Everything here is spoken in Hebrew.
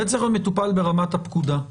זה צריך להיות מטופל ברמת הפקודה.